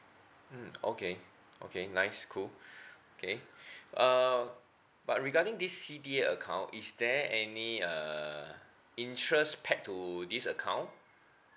mm okay okay nice cool okay uh but regarding this C_D_A account is there any uh interest packed to this account